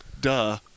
duh